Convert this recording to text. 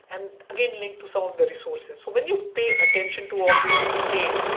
and again linked to some of the resources. so when you pay attention to all these detail,